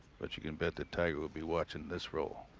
but you can bet that tiger will be watching this roll.